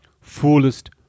fullest